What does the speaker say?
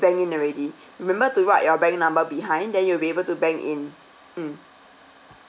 bank in already remember to write your bank number behind then you'll be able to bank in mm